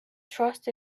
trust